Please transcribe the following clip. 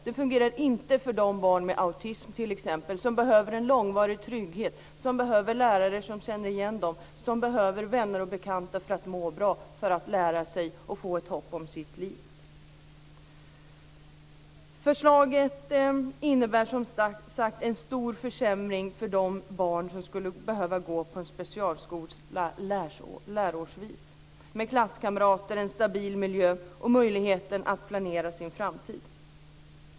Den fungerar inte t.ex. för barn med autism som behöver en långvarig trygghet, som behöver lärare som känner till dem och som behöver vänner och bekanta för att må bra och för att lära sig och få ett hopp om sitt liv. Förslaget innebär, som sagt, en stor försämring för de barn som skulle behöva gå på en specialskola läsårsvis, med klasskamrater, en stabil miljö och möjligheter att planera sin framtid.